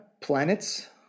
planets